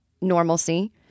normalcy